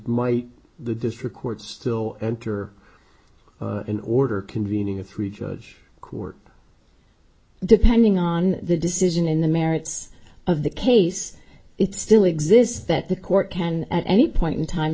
might the district court still enter in order convening a three judge court depending on the decision in the merits of the case it still exists that the court can at any point in time